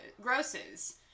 grosses